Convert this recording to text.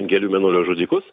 gėlių mėnulio žudikus